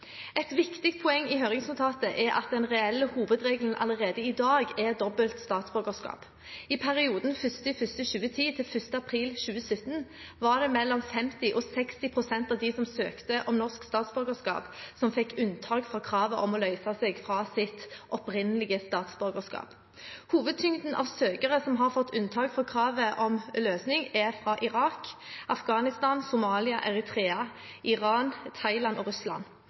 Et viktig poeng i høringsnotatet er at den reelle hovedregelen allerede i dag er dobbelt statsborgerskap. I perioden 1. januar 2010 til 1. april 2017 var det mellom 50 og 60 pst. av dem som søkte om norsk statsborgerskap, som fikk unntak fra kravet om å løse seg fra sitt opprinnelige statsborgerskap. Hovedtyngden av søkere som har fått unntak fra kravet om løsning, er fra Irak, Afghanistan, Somalia, Eritrea, Iran, Thailand og Russland.